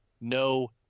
No